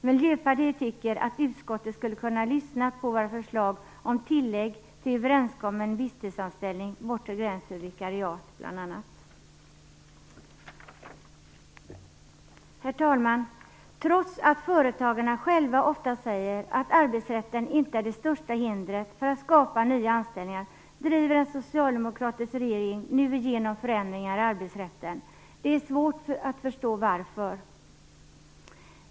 Miljöpartiet tycker att utskottet skulle kunna lyssna på våra förslag om tillägg till överenskommen visstidsanställning, bortre gräns för vikariat m.m. Herr talman! Trots att företagarna själva ofta säger att arbetsrätten inte är det största hindret för att skapa nya anställningar driver en socialdemokratisk regering nu igenom förändringar i arbetsrätten. Det är svårt att förstå varför.